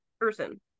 person